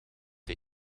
hij